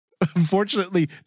unfortunately